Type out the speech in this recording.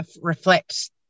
reflect